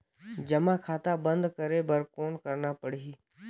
जमा खाता बंद करे बर कौन करना पड़ही?